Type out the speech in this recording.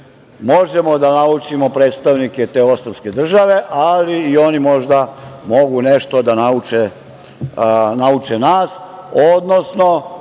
možemo da naučimo predstavnike te ostrvske države, ali i oni možda mogu nešto da nauče nas, odnosno